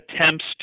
attempts